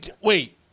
Wait